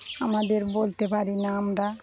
আমাদের বলতে পারি না আমরা